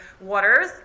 waters